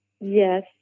yes